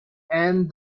and